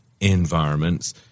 environments